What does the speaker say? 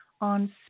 on